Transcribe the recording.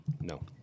No